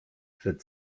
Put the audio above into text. przed